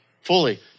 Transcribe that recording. fully